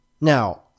Now